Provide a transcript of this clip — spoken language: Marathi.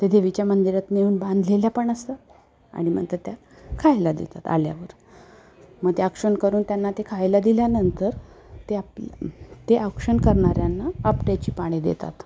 त्या देवीच्या मंदिरात नेऊन बांधलेल्या पण असतात आणि नंतर त्या खायला देतात आल्यावर मग ते औक्षण करून त्यांना ते खायला दिल्यानंतर ते आप ते औक्षण करणाऱ्यांना आपट्याची पाने देतात